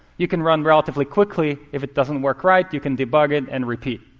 you can run relatively quickly. if it doesn't work right, you can debug it and repeat.